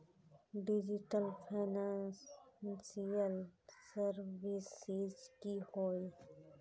Digital financial services की होय?